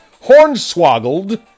hornswoggled